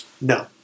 No